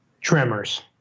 Tremors